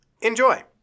Enjoy